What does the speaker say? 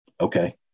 okay